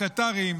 הקטארים,